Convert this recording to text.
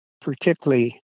particularly